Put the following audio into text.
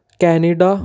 Canada